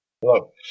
Hello